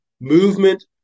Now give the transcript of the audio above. Movement